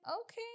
okay